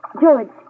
George